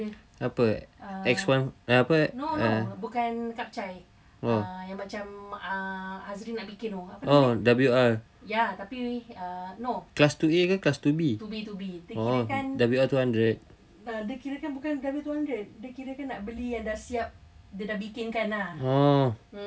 apa X one apa uh oh oh W_R class two A ke class two B oh W_R two hundred oh